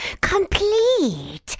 complete